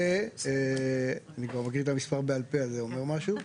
אני יודע את המספר בעל פה אז זה אומר משהו,